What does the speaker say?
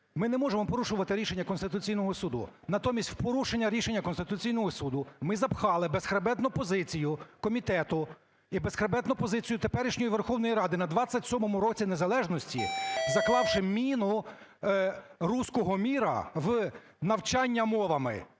ми не можемо порушувати рішення Конституційного Суду. Натомість в порушення рішення Конституційного Суду ми запхали безхребетну позицію комітету і безхребетну позицію теперішньої Верховної Ради на 27-му році незалежності заклавши міну "руського міра" в навчання мовами.